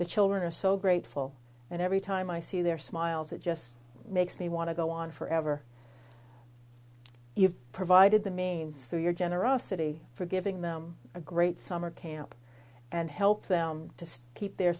the children are so grateful and every time i see their smiles it just makes me want to go on forever you've provided the means through your generosity for giving them a great summer camp and helps them to keep their